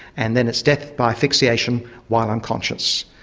and then it's death by asphyxiation while unconscious.